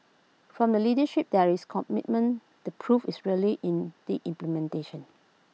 from the leadership there is commitment the proof is really in the implementation